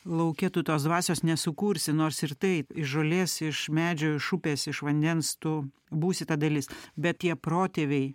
lauke tu tos dvasios nesukursi nors ir taip iš žolės iš medžio iš upės iš vandens tu būsi ta dalis bet tie protėviai